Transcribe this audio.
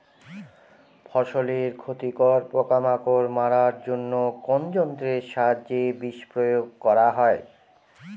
ফসলের ক্ষতিকর পোকামাকড় মারার জন্য কোন যন্ত্রের সাহায্যে বিষ প্রয়োগ করা হয়?